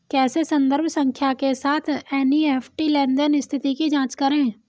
कैसे संदर्भ संख्या के साथ एन.ई.एफ.टी लेनदेन स्थिति की जांच करें?